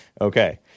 Okay